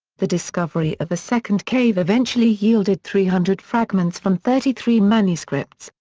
the discovery of a second cave eventually yielded three hundred fragments from thirty three manuscripts,